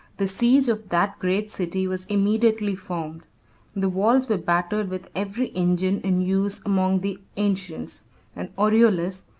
the siege of that great city was immediately formed the walls were battered with every engine in use among the ancients and aureolus,